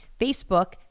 Facebook